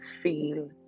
feel